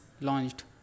launched